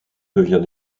devient